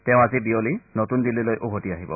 তেওঁ আজি বিয়লি নতুন দিল্লীলৈ উভতি আহিব